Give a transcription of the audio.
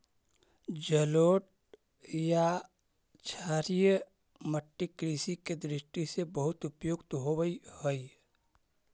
जलोढ़ या क्षारीय मट्टी कृषि के दृष्टि से बहुत उपयुक्त होवऽ हइ